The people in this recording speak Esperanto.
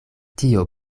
tio